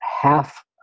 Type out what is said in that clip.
half